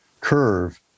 curve